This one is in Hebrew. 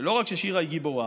לא רק ששירה היא גיבורה,